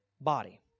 body